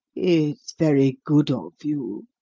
it's very good of you,